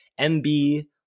mb